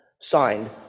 Signed